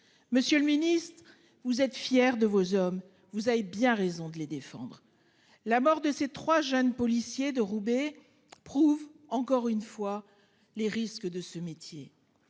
Monsieur le Ministre, vous êtes fier de vos hommes, vous avez bien raison de les défendre. La mort de ces trois jeunes policiers de Roubaix prouve encore une fois les risques de ce métier.